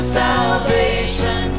salvation